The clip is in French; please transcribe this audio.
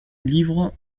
livre